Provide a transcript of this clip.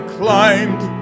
climbed